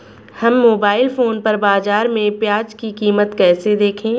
हम mobile phone पर बाज़ार में प्याज़ की कीमत कैसे देखें?